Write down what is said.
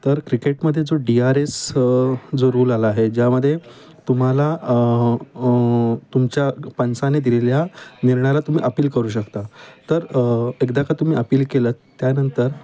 तर तर क्रिकेटमध्ये जो डीआरएस जो रूल आला आहे ज्यामधे तुम्हाला तुमच्या पंसाने दिलेल्या निर्णायाला तुम्ही अपील करू शकता तर एकदा का तुम्ही अपील केलं त्यानंतर